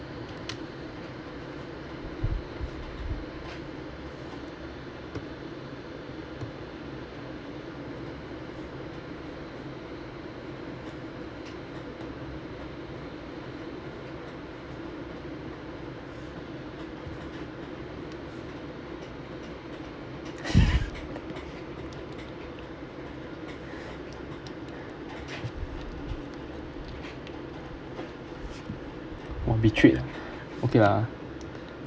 oh betrayed ah okay lah